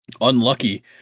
unlucky